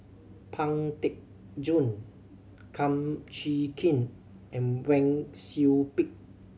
Pang Teck Joon Kum Chee Kin and Wang Sui Pick